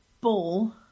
ball